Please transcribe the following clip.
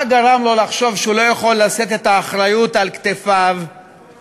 מה גרם לו לחשוב שהוא לא יכול לשאת את האחריות על כתפיו ולעקוף